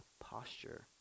posture